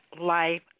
Life